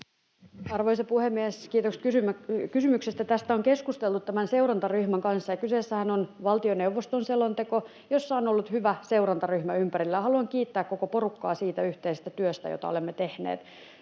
Arvoisa puhemies! Kiitos kysymyksestä. Tästä on keskusteltu tämän seurantaryhmän kanssa, ja kyseessähän on valtioneuvoston selonteko, jossa on ollut hyvä seurantaryhmä ympärillä. Haluan kiittää koko porukkaa siitä yhteisestä työstä, jota olemme tehneet.